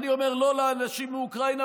אני אומר לא לאנשים מאוקראינה.